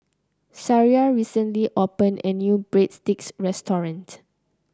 Sariah recently opened a new Breadsticks restaurant